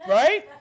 right